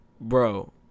Bro